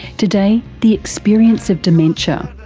today, the experience of dementia,